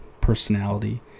personality